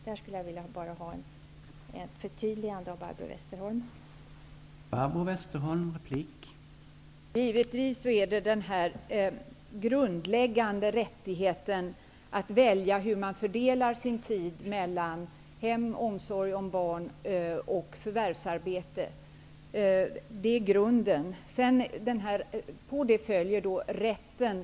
Jag skulle vilja ha ett förtydligande av Barbro Westerholm på den punkten.